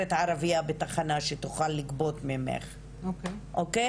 ערבייה בתחנה שתוכל לגבות ממנה עדות,